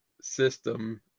System